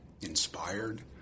inspired